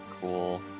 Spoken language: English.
cool